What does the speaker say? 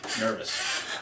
nervous